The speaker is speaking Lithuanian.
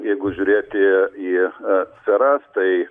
jeigu žiūrėti į sferas tai